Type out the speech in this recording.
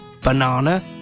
banana